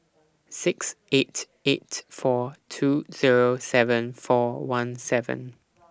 six eight eight four two Zero seven four one seven